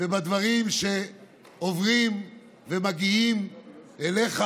ובדברים שעוברים ומגיעים אליך.